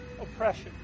oppression